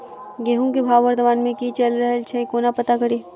गेंहूँ केँ भाव वर्तमान मे की चैल रहल छै कोना पत्ता कड़ी?